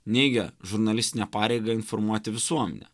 neigia žurnalistinę pareigą informuoti visuomenę